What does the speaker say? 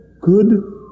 good